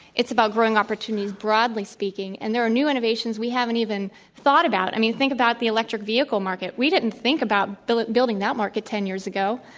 it's about growing opportunity, broadly-speaking. and there are new innovations we haven't even thought about, i mean, think about the electric vehicle market. we didn't think about building building that market ten years ago,